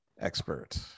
expert